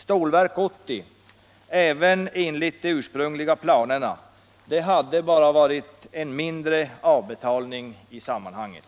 Stålverk 80 — även enligt de urpsrungliga planerna — hade bara varit en mindre avbetalning i sammanhanget.